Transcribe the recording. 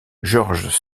georges